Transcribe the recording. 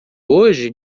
hoje